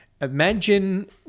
Imagine